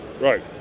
Right